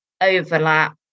overlap